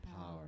power